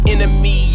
Enemy